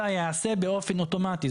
אלא יעשה באופן אוטומטי.